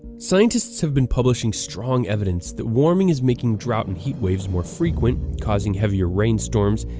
scientists have been publishing strong evidence that warming is making drought and heat waves more frequent, causing heavier rainstorms,